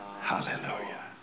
Hallelujah